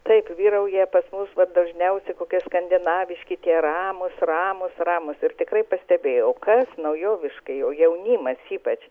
taip vyrauja pas mus dažniausiai kokie skandinaviški tie ramūs ramūs ramūs ir tikrai pastebėjau kas naujoviškai jau jaunimas ypač